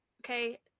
okay